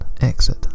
Exit